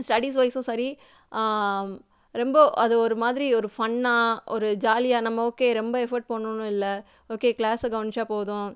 ஸ்டடீஸ்வைஸும் சரி ரொம்ப அது ஒருமாதிரி ஒரு ஃபன்னாக ஒரு ஜாலியாக நம்ம ஓகே ரொம்ப எஃபோர்ட் போடணும்ன்னு இல்லை ஓகே கிளாஸை கவனித்தா போதும்